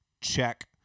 check